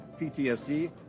PTSD